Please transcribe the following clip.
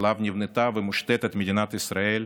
שעליו נבנתה ומושתתת מדינת ישראל,